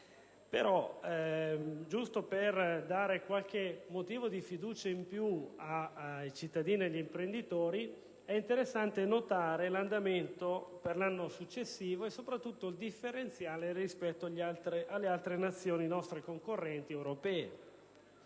al fine di dare qualche motivo di fiducia in più ai cittadini e agli imprenditori, è interessante notare l'andamento per l'anno successivo e soprattutto il differenziale rispetto alle altre Nazioni nostre concorrenti a